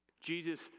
Jesus